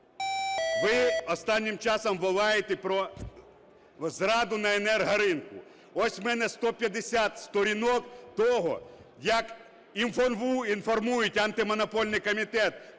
Ви останнім часом волаєте про зраду на "Енергоринку". Ось у мене 150 сторінок того, як інформують антимонопольний комітет